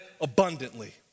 abundantly